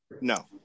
No